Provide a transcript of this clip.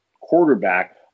quarterback